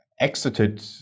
exited